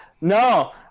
No